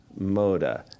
Moda